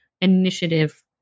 initiative